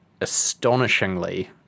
astonishingly